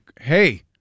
hey